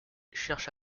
cherche